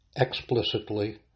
explicitly